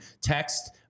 text